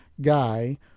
guy